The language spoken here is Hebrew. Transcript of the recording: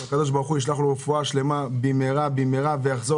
שהקדוש-ברוך-הוא ישלח לו רפואה שלמה במהרה במהרה ויחזור